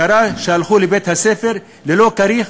קרה שהלכו לבית-הספר ללא כריך,